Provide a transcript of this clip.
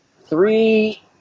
three